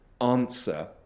answer